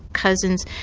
cousins.